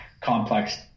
complex